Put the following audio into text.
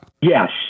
Yes